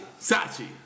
Sachi